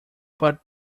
but